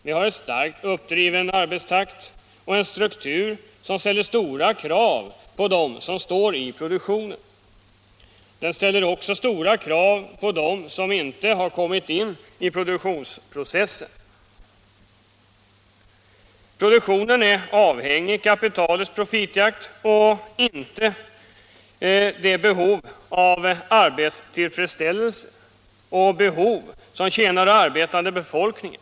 Vi har en starkt uppdriven arbetstakt och en struktur som ställer stora krav på dem som står i produktionen. Den ställer också stora krav på dem som inte har kommit in i produktionsprocessen. Produktionen är avhängig av kapitalets profitjakt och inte av behovet av arbetstillfredsställelse och de behov som tjänar den arbetande befolkningen.